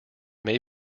may